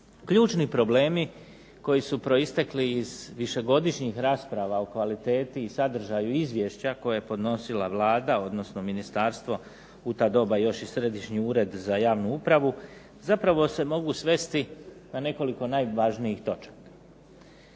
Ključni problemi koji su proistekli iz višegodišnjih rasprava o kvaliteti i sadržaju izvješća koje je podnosila Vlada, odnosno ministarstvo, u to doba još i Središnji ured za javnu upravu zapravo se mogu svesti na nekoliko najvažnijih točaka.